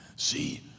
See